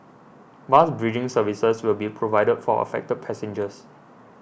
bus bridging services will be provided for affected passengers